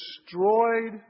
destroyed